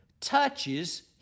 Touches